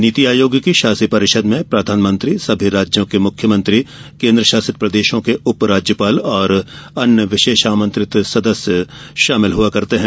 नीति आयोग की शासी परिषद में प्रधानमंत्री सभी राज्यों के मुख्यमंत्री केन्द्र शासित प्रदेशों के उप राज्य्याल और अन्य विशेष आमंत्रित सदस्य शामिल हुआ करते हैं